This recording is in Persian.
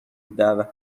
الدعوه